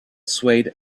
swayed